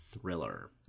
thriller